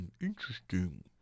interesting